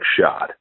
shot